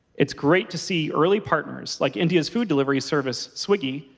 it's great to see early partners, like india's food delivery service, swiggy,